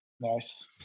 Nice